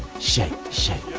shake, shake.